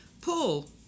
Paul